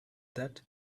that